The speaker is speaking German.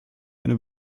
eine